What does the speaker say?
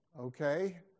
okay